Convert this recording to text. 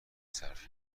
صرف